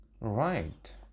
Right